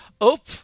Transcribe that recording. up